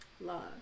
Love